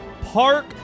Park